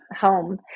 home